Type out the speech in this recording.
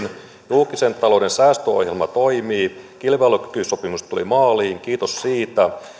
julkisen talouden säästöohjelma toimii kilpailukykysopimus tuli maaliin kiitos siitä